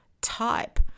type